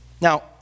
Now